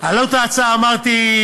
עלות ההצעה, אמרתי,